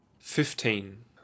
fifteen